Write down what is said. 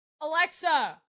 Alexa